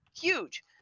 Huge